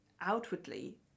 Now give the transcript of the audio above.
outwardly